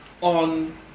on